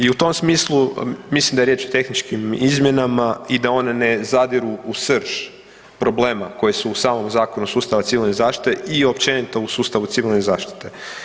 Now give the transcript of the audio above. I u tom smislu, mislim da je riječ o tehničkim izmjenama i da one ne zadiru u srž problema koje su u samom Zakonu o sustavu Civilne zaštite i općenito u sustavu Civilne zaštite.